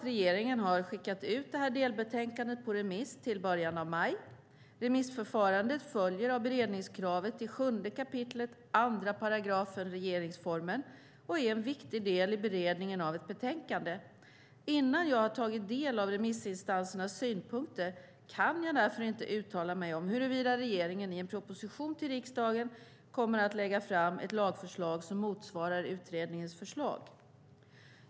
Regeringen har nu skickat ut delbetänkandet på remiss till början av maj. Remissförfarandet följer av beredningskravet i 7 kap. 2 § regeringsformen och är en viktig del i beredningen av ett betänkande. Innan jag har tagit del av remissinstansernas synpunkter kan jag därför inte uttala mig om huruvida regeringen i en proposition till riksdagen kommer att lägga fram ett lagförslag som motsvarar utredningens förslag.